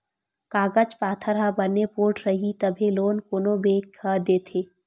कागज पाथर ह बने पोठ रइही तभे लोन कोनो बेंक ह देथे